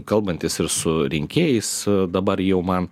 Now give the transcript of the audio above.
kalbantis ir su rinkėjais dabar jau man